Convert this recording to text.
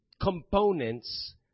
components